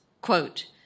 quote